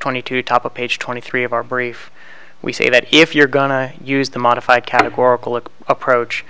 twenty two top of page twenty three of our brief we say that if you're gonna use the modified categorical approach